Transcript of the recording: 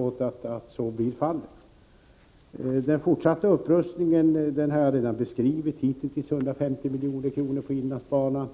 Jag har redan beskrivit omfattningen av den fortsatta upprustningen. Det har hittills satsats 150 milj.kr. på inlandsbanan.